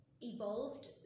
evolved